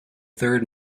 third